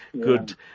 Good